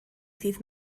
ddydd